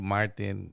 Martin